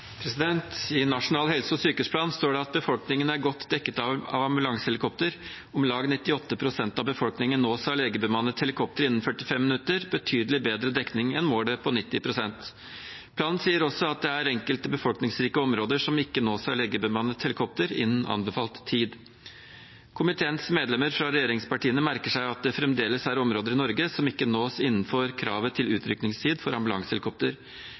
I Nasjonal helse- og sykehusplan står det at befolkningen er godt dekket av ambulansehelikopter. Om lag 98 pst. av befolkningen nås av legebemannet helikopter innen 45 minutter. Det er en betydelig bedre dekning enn målet om 90 pst. Planen sier også at det er enkelte befolkningsrike områder som ikke nås av legebemannet helikopter innen anbefalt tid. Komiteens medlemmer fra regjeringspartiene merker seg at det fremdeles er områder i Norge som ikke nås innen kravet om utrykningstid for ambulansehelikopter.